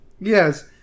Yes